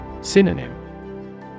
Synonym